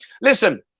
Listen